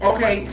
Okay